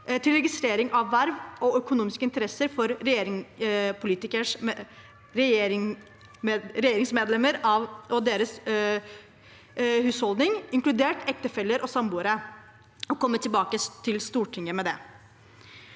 til registrering av verv og økonomiske interesser for regjeringspolitikeres medlemmer av husholdningen, inkludert ektefeller og samboere, og komme tilbake til Stortinget med det.